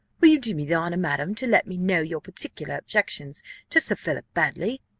will you do me the honour, madam, to let me know your particular objections to sir philip baddely?